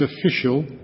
official